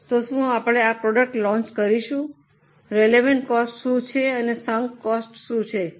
હવે શું આપણે પ્રોડક્ટ લોન્ચ કરીશું રેલવન્ટ કોસ્ટ શું છે અને સંક કોસ્ટ શું છે